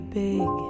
big